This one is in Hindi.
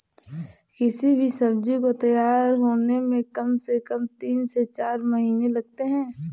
किसी भी सब्जी को तैयार होने में कम से कम तीन से चार महीने लगते हैं